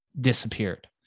disappeared